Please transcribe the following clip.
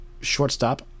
shortstop